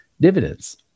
dividends